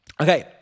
Okay